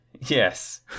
Yes